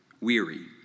weary